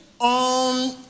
on